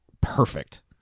Perfect